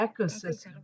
ecosystem